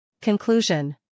Conclusion